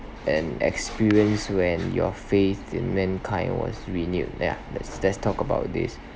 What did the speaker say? and experience when your faith in mankind was renewed yeah let's let's talk about this